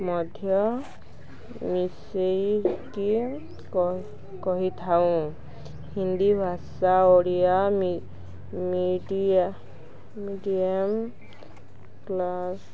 ମଧ୍ୟ ମିଶାଇକି କ କହିଥାଉଁ ହିନ୍ଦୀ ଭାଷା ଓଡ଼ିଆ ମିଡ଼ିୟମ୍ କ୍ଲାସ୍